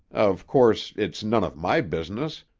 of course, it's none of my business,